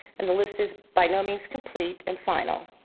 and the list is by no means complete and final.